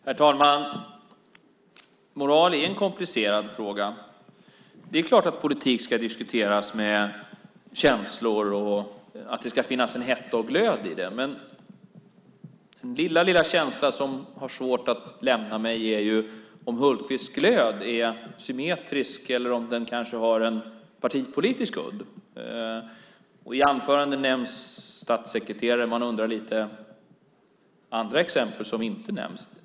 Herr talman! Moral är en komplicerad fråga. Det är klart att politik ska diskuteras med känslor och att det ska finnas hetta och glöd i den. Men den lilla känsla som har svårt att lämna mig är att Hultqvists glöd är symmetrisk eller kanske har en partipolitisk udd. I anförandet nämns statssekreterare. Man undrar lite om andra exempel som inte nämns.